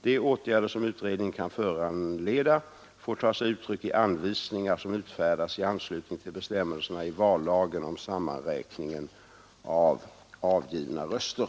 De åtgärder som utredningen kan föranleda får ta sig uttryck i anvisningar som utfärdas i anslutning till bestämmelserna i vallagen om sammanräkningen av avgivna röster.